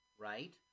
Right